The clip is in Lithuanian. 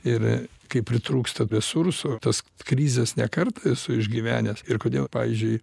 ir kai pritrūksta resursų tas krizes ne kartą esu išgyvenęs ir kodėl pavyzdžiui